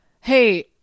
hey